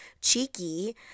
cheeky